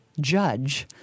judge